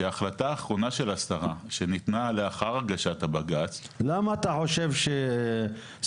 שההחלטה האחרונה של השרה שניתנה לאחר הגשת הבג"ץ --- למה אתה חושב ששרת